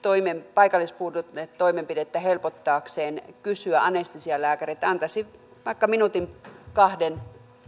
paikallispuudutuksen toimenpidettä helpottaakseen kysyä anestesialääkäriä että antaisi vaikka minuutin kahden